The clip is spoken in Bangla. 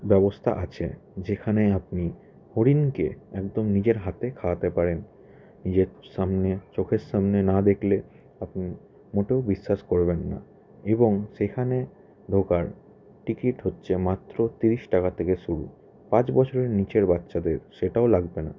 ব্যবস্থা আছে যেখানে আপনি হরিণকে একদম নিজের হাতে খাওয়াতে পারেন নিজের সামনে চোখের সামনে না দেখলে আপনি মোটেও বিশ্বাস করবেন না এবং সেখানে ঢোকার টিকিট হচ্ছে মাত্র তিরিশ টাকা থেকে শুরু পাঁচ বছরের নিচের বাচ্চাদের সেটাও লাগবে না